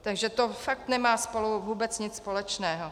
Takže to fakt nemá spolu vůbec nic společného.